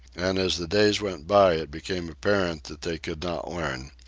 and as the days went by it became apparent that they could not learn.